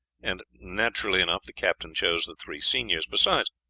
and naturally enough the captain chose the three seniors. besides,